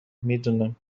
میدونم